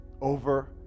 over